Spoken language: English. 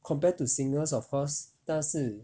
compared to singers of course 那是